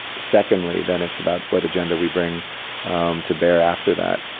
secondly, then it's about what agenda we bring to bear after that.